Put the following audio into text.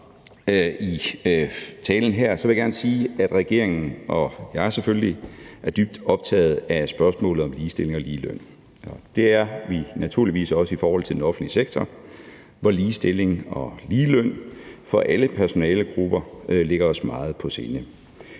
i talen her, vil jeg gerne sige, at regeringen og jeg selvfølgelig er dybt optaget af spørgsmålet om ligestilling og ligeløn. Det er vi naturligvis også i forhold til den offentlige sektor, hvor ligestilling og ligeløn for alle personalegrupper ligger os meget på sinde.